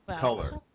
color